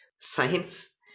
Science